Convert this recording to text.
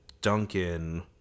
Duncan